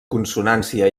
consonància